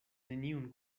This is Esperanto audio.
neniun